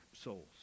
souls